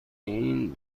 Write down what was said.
این